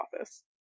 office